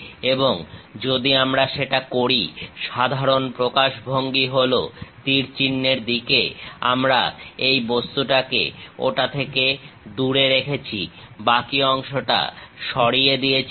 এবং যদি আমরা সেটা করি সাধারণ প্রকাশভঙ্গি হলো তীর চিহ্নের দিকে আমরা এই বস্তুটাকে ওটা থেকে দূরে রেখেছি বাকি অংশটা সরিয়ে দিয়েছি